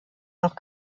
noch